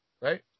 right